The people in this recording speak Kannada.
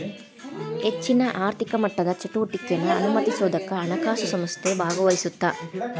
ಹೆಚ್ಚಿನ ಆರ್ಥಿಕ ಮಟ್ಟದ ಚಟುವಟಿಕೆನಾ ಅನುಮತಿಸೋದಕ್ಕ ಹಣಕಾಸು ಸಂಸ್ಥೆ ಭಾಗವಹಿಸತ್ತ